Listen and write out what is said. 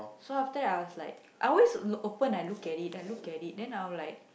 so after that I was like I always open and look at it and look at it then I'm like